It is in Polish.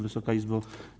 Wysoka Izbo!